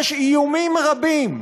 יש איומים רבים.